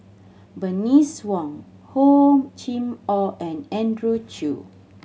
Bernice Wong Hor Chim Or and Andrew Chew